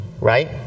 right